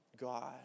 God